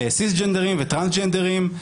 סיסג'נדרים וטרנסג'נדרים.